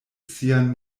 sian